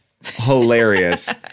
hilarious